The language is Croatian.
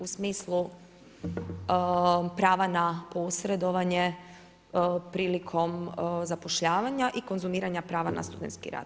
U smislu prava na posredovanje prilikom zapošljavanja i konzumiranje prava na studentski rad.